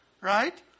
right